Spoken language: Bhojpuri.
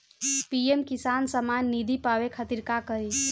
पी.एम किसान समान निधी पावे खातिर का करी?